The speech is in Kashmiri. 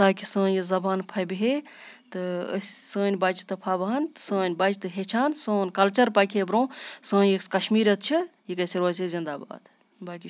تاکہ سٲنۍ یہِ زبان پھَبِہا تہٕ أسۍ سٲنۍ بِچہِ تہِ پھَبہٕ ہَن سٲنۍ بَچہِ تہِ ہیٚچھٕ ہَن سون کَلچَر پَکہِ ہا برونٛہہ سٲنۍ یُس کَشمیٖریَت چھِ یہِ گژھِ ہا روزِ ہا زِندہ باد باقے